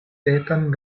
etan